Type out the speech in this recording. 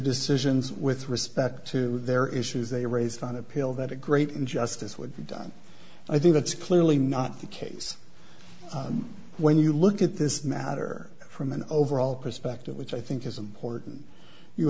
decisions with respect to their issues they raised on appeal that a great injustice would be done i think that's clearly not the case when you look at this matter from an overall perspective which i think is important you